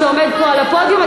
שעומד פה על הפודיום,